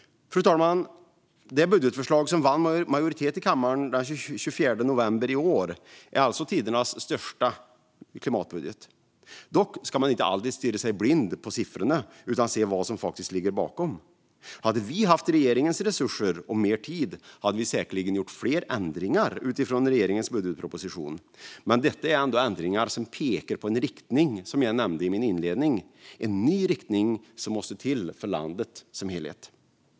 Fru talman! Det budgetförslag som vann majoritet i kammaren den 24 november i år är alltså tidernas största klimatbudget. Dock ska man inte alltid stirra sig blind på siffrorna utan se på vad som faktiskt ligger bakom dem. Om vi hade haft regeringens resurser och mer tid hade vi säkerligen gjort fler ändringar utifrån regeringens budgetproposition, men det är ändå ändringar som pekar på en riktning som jag nämnde i min inledning, en ny riktning som måste till för landet som helhet.